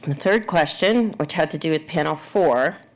third question, which had to do with panel four,